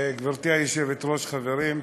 גברתי היושבת-ראש, חברים,